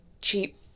cheap